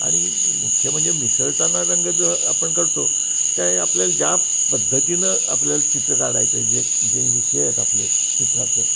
आणि मुख्य म्हणजे मिसळताना रंग जो आपण करतो त्या आपल्याला ज्या पद्धतीनं आपल्याला चित्र काढायचं आहे जे जे विषय आहेत आपले चित्रातले